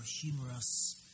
humorous